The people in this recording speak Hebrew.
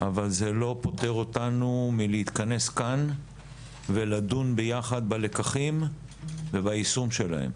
אבל זה לא פותר אותנו מלהתכנס כאן ולדון ביחד בלקחים וביישום שלהם.